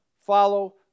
follow